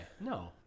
no